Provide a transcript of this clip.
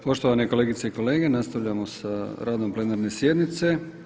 Poštovane kolegice i kolege, nastavljamo sa radom plenarne sjednice.